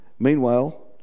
Meanwhile